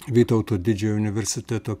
vytauto didžiojo universiteto